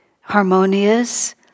harmonious